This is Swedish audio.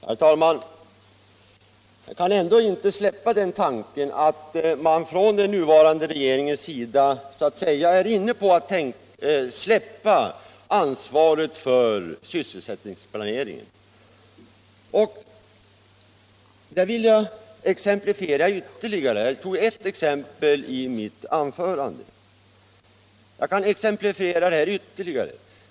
Herr talman! Jag kan ändå inte släppa tanken att den nuvarande regeringen är inne på att lämna ifrån sig ansvaret för sysselsättningsplaneringen. Jag tog ett exempel tidigare, och jag kan exemplifiera detta ytterligare.